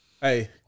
Hey